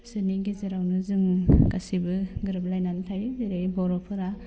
बिसोरनि गेजेरावनो जों गासैबो गोरोबलायनानै थायो जेरै बर'फोरा